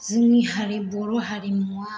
जोंनि हारि बर' हारिमुआव